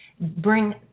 bring